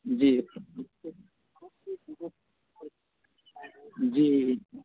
جی جی